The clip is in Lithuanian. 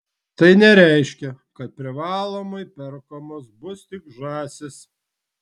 tai nereiškia kad privalomai perkamos bus tik žąsys